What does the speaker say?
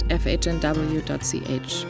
fhnw.ch